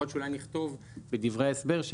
יכול להיות שאולי נכתוב בדברי ההסבר,